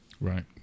Right